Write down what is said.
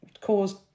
caused